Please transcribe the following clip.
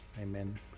amen